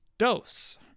dose